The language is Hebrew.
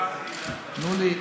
תנו לי.